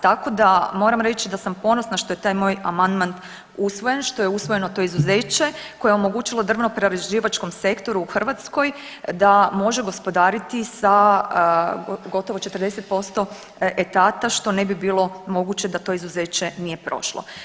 Tako da moram reći da sam ponosna što je taj moj amandman usvojen, što je usvojeno to izuzeće koje je omogućilo drvoprerađivačkom sektoru u Hrvatskoj da može gospodariti sa gotovo 40% etata, što ne bi bilo moguće da to izuzeće nije prošlo.